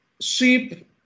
sheep